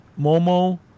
Momo